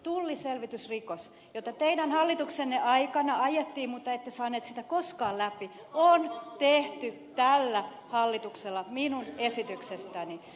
tulliselvitysrikos jota teidän hallituksenne aikana ajettiin mutta jota ette saaneet koskaan läpi on tehty tämän hallituksen aikana minun esityksestäni